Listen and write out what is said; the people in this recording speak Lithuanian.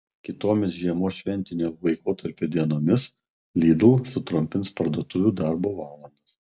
kitomis žiemos šventinio laikotarpio dienomis lidl sutrumpins parduotuvių darbo valandas